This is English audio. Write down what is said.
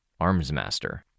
Armsmaster